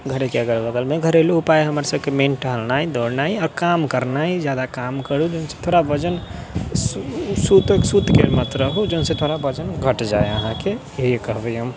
घरेके अगल बगलमे घरेलू उपाय हमरसभके मेन टहलनाइ दौड़नाइ आ काम करनाइ ज्यादा काम करू थोड़ा वजन सुत सुतके मत रहू जाहिसँ वजन थोड़ा घट जाय अहाँके यही करबै हम